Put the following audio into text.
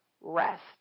rest